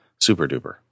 SuperDuper